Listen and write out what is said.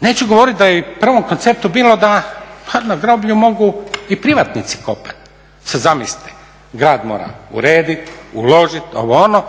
Neću govoriti da je u prvom konceptu bilo da na groblju mogu i privatnici kopati. Sada zamislite, grad mora urediti, uložiti, ovo, ono,